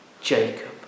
Jacob